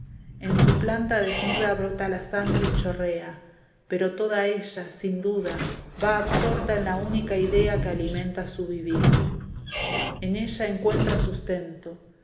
en su planta desnuda brota la sangre y chorrea pero toda ella sin duda va absorta en la única idea que alimenta su vivir en ella encuentra sustento